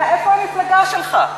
איפה המפלגה שלך?